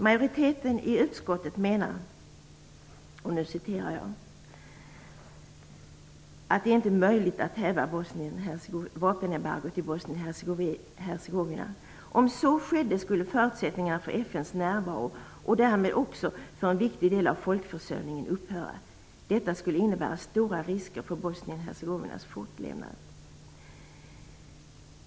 Majoriteten i utskottet menar att det inte är möjligt att häva vapenembargot i Bosnien-Hercegovina. "Om så skedde skulle förutsättningarna för FN:s närvaro - och därmed också för en viktig del av folkförsörjningen - upphöra. Detta skulle innebära stora risker för Bosnien-Hercegovinas fortlevnad.